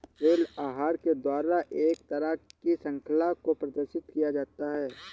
ऋण आहार के द्वारा एक तरह की शृंखला को प्रदर्शित किया जाता है